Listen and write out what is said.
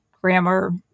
grammar